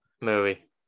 Movie